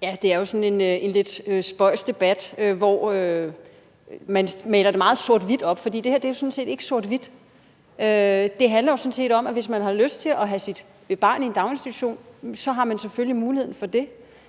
Kl. 18:18 Mette Thiesen (NB): Det er jo en sådan lidt spøjs debat, hvor man maler det meget sort-hvidt op. Men det her er jo sådan set ikke sort-hvidt. Det handler om, at hvis man har lyst til at have sit barn i en daginstitution, har man selvfølgelig mulighed for det.